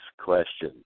question